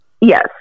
Yes